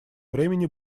времени